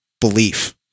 belief